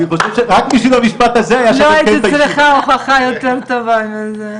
זו למעשה המדיניות שאנחנו מציעים פה.